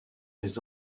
les